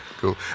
Cool